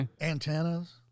antennas